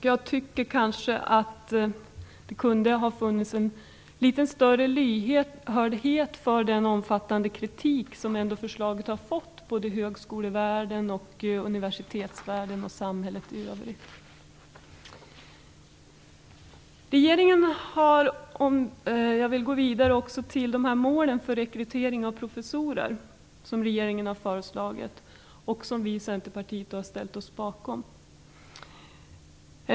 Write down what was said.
Jag tycker att det kunde ha funnits en litet större lyhördhet för den omfattande kritik som förslaget ändå fått i högskole och universitetsvärlden och i samhället i övrigt. Jag vill gå vidare till de mål för rekrytering av professorer som regeringen har föreslagit och som vi i Centern har ställt oss bakom.